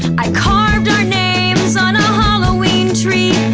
i carved our names on a halloween tree.